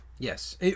Yes